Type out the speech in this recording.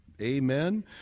Amen